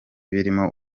birimo